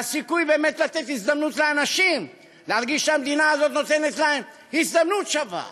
לסיכוי לתת הזדמנות לאנשים להרגיש שהמדינה נותנת להם הזדמנות שווה